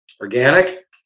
Organic